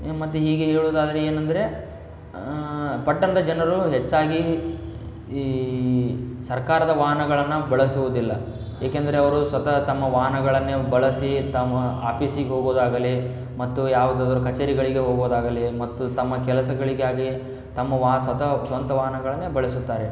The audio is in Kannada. ಮತ್ತು ಹೀಗೆ ಹೇಳುವುದಾದರೆ ಏನಂದರೆ ಪಟ್ಟಣದ ಜನರು ಹೆಚ್ಚಾಗಿ ಈ ಸರ್ಕಾರದ ವಾಹನಗಳನ್ನು ಬಳಸುವುದಿಲ್ಲ ಏಕೆಂದರೆ ಅವರು ಸ್ವತಃ ತಮ್ಮ ವಾಹನಗಳನ್ನೆ ಬಳಸಿ ತಮ್ಮ ಆಪೀಸಿಗೆ ಹೋಗುವುದಾಗಲಿ ಮತ್ತು ಯಾವುದಾದ್ರು ಕಚೇರಿಗಳಿಗೆ ಹೋಗುವುದಾಗಲಿ ಮತ್ತು ತಮ್ಮ ಕೆಲಸಗಳಿಗಾಗಿ ತಮ್ಮ ವಾ ಸ್ವತಃ ಸ್ವಂತ ವಾಹನಗಳನ್ನೇ ಬಳಸುತ್ತಾರೆ